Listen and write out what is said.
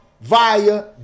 via